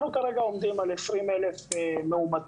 אנחנו כרגע עומדים על 20,000 מאומתים,